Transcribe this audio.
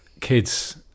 kids